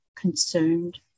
concerned